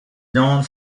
known